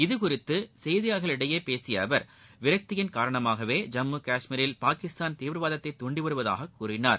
இது குறித்து செய்தியாளர்களிடம் பேசிய அவர் விரக்தியின் காரணமாகவே ஐம்மு கஷ்மீரில் பாகிஸ்தான் தீவிரவாதத்தை தூண்டிவருவதாக கூறினார்